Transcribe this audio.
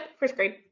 first grade.